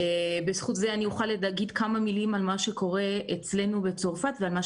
בזכות זה אני אוכל להגיד כמה מילים על מה שקורה אצלנו בצרפת ועל מה